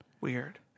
Weird